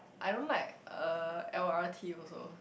I don't like uh L_R_T also